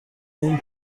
نیم